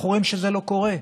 אנחנו רואים שזה לא קורה,